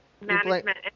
management